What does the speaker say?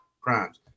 crimes